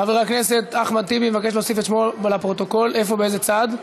חבר הכנסת אוסאמה סעדי, תודה רבה.